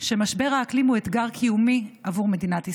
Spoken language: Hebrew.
שמשבר האקלים הוא אתגר קיומי עבור מדינת ישראל,